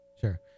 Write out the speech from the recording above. Sure